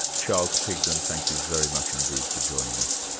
charles pigden, thank you very much indeed for joining us.